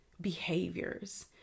behaviors